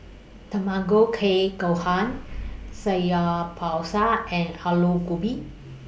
Tamago Kake Gohan Samgyeopsal and Alu Gobi